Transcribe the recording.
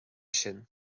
sin